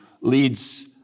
leads